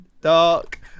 dark